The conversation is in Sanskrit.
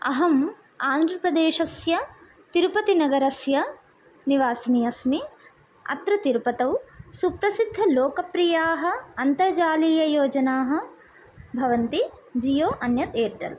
अहं आन्ध्रप्रदेशस्य तिरुपतिनगरस्य निवासिनी अस्मि अत्र तिरुपतौ सुप्रसिद्धलोकप्रियाः अन्तर्जालीययोजनाः भवन्ति जियो अन्यत् ऐर्टेल्